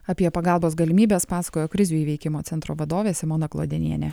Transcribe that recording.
apie pagalbos galimybes pasakojo krizių įveikimo centro vadovė simona glodenienė